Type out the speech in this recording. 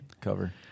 Cover